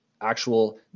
actual